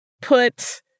put